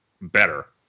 better